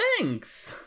Thanks